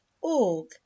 org